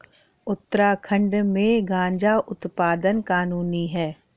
उत्तराखंड में गांजा उत्पादन कानूनी है